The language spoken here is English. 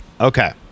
okay